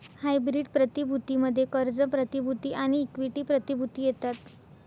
hybrid प्रतिभूती मध्ये कर्ज प्रतिभूती आणि इक्विटी प्रतिभूती येतात